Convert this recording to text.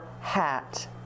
hat